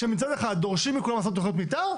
כשמצד אחד דורשים מכולם לעשות תכניות מתאר,